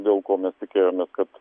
dėl ko mes tikėjomės kad